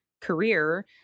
career